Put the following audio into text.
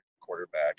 quarterback